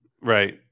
right